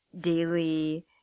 daily